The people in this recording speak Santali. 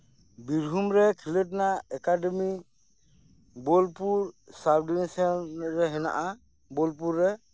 ᱵᱤᱨᱵᱷᱩᱢ ᱨᱮ ᱠᱷᱮᱞᱳᱰ ᱨᱮᱱᱟᱜ ᱮᱠᱟᱰᱮᱢᱤ ᱵᱳᱞᱯᱩᱨ ᱥᱟᱵᱽᱰᱤᱵᱤᱥᱮᱱ ᱨᱮ ᱦᱮᱱᱟᱜᱼᱟ ᱵᱳᱞᱯᱩᱨ ᱨᱮ